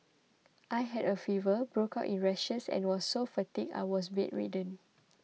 I had a fever broke out in rashes and was so fatigued I was bedridden